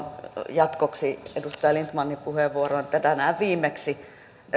jatkoksi edustaja lindtmanin puheenvuoroon että viimeksi tänään